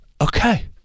Okay